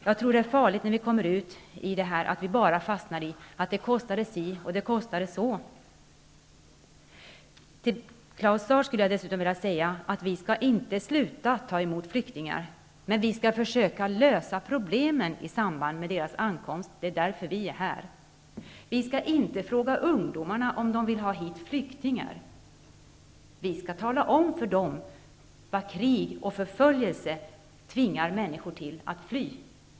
Jag tror att risken finns att vi fastnar i ett resonemang om att det kostar si eller så mycket. Till Claus Zaar skulle jag dessutom vilja säga att vi inte skall sluta ta emot flyktingar. Men vi skall försöka lösa de problem som finns i samband med deras ankomst. Det är därför vi är här. Vi skall inte fråga ungdomarna om de vill ha hit flyktingar, utan vi skall tala om för dem att krig och förföljelse tvingar människor att fly.